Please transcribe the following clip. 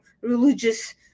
religious